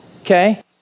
okay